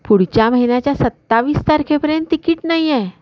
पुढच्या महिन्याच्या सत्तावीस तारखेपर्यंत तिकीट नाही आहे